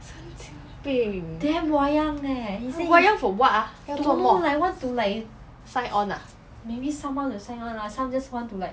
神经病 wayang for what ah 做什么 sign on ah